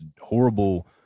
horrible